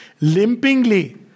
limpingly